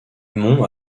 mont